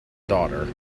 daughter